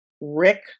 Rick